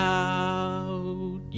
out